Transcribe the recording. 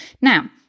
Now